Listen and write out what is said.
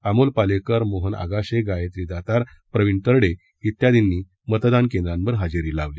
अमोल पालेकर मोहन आगाशे गायत्री दातार प्रवीण तरडे त्यादींनी मतदान केंद्रांवर हजेरी लावली